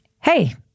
Hey